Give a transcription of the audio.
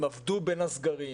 הם עבדו בין הסגרים,